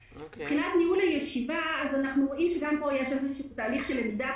מבחינת ניהול הישיבה אנחנו רואים שגם פה יש תהליך של למידה.